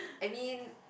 I mean